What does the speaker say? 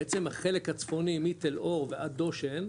בעצם החלק הצפוני מתל אור ועד דושן,